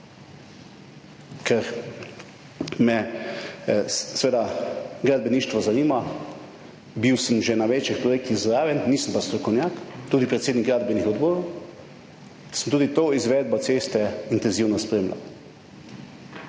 Ker me, seveda, gradbeništvo zanima, bil sem že na več projektih zraven, nisem pa strokovnjak, tudi predsednik gradbenih odborov, sem tudi to izvedbo ceste intenzivno spremljal.